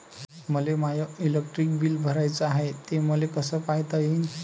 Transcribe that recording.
मले my electric bill भराचं हाय, ते मले कस पायता येईन?